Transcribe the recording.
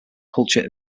culture